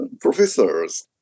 professors